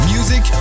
Music